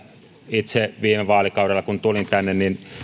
itse kun viime vaalikaudella tulin tänne